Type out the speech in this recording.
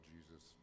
Jesus